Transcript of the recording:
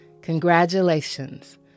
congratulations